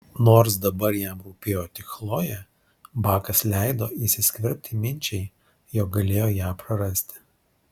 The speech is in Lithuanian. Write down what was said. nors dabar jam rūpėjo tik chlojė bakas leido įsiskverbti minčiai jog galėjo ją prarasti